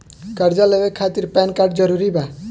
कर्जा लेवे खातिर पैन कार्ड जरूरी बा?